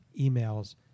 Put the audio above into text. emails